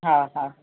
हा हा